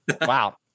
Wow